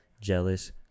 jealous